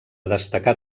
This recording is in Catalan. destacar